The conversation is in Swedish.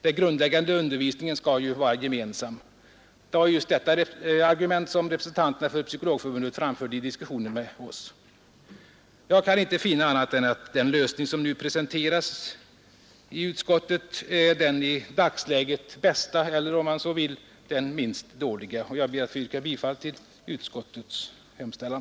Den grundläggande undervisningen skall ju vara gemensam. Det var just detta argument som representanterna för Psykologförbundet framförde i diskussionen med oss. Jag kan inte finna annat än att den lösning som nu presenteras av utskottet är den i dagsläget bästa eller, om man så vill, den minst dåliga, och jag ber att få yrka bifall till utskottets hemställan.